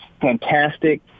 fantastic